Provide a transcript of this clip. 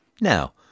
Now